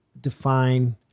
define –